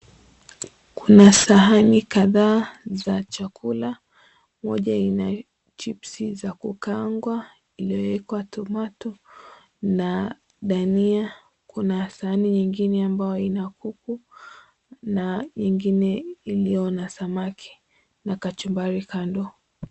Kuna sahani kadhaa za chakula moja ina chips za kukaangwa iliyowekwa tomato na dania . Kuna sahani ingine ambayo ina kuku na ingine iliyo na samaki na kachumbari kando.